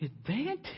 Advantage